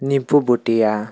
Nipu Bhutia